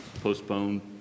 postpone